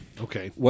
Okay